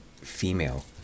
female